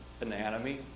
anatomy